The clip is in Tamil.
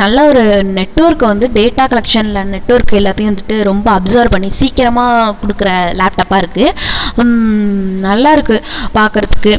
நல்ல ஒரு நெட்வொர்க் வந்து டேட்டா கலெக்ஷன்ல நெட்வொர்க் எல்லாத்தையும் வந்துட்டு ரொம்ப அப்சர்வ் பண்ணி சீக்கிரமாக கொடுக்குற லேப்டப்பாக இருக்குது நல்லாருக்குது பார்க்கறதுக்கு